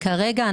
כרגע,